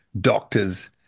doctors